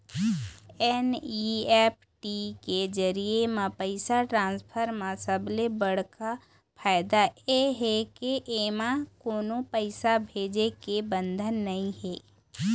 NEFT के जरिए म पइसा ट्रांसफर म सबले बड़का फायदा ए हे के एमा कोनो पइसा भेजे के बंधन नइ हे